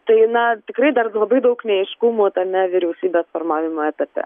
tai na tikrai dar labai daug neaiškumų tame vyriausybės formavimo etape